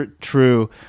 true